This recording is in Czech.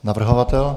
Navrhovatel?